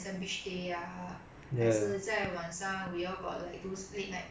ya those are the times that you really bond mah but 如果你去 zoom 的 camp